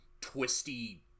twisty